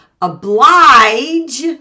oblige